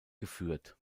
geführt